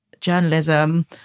journalism